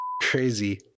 crazy